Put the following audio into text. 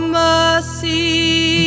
mercy